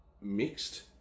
mixed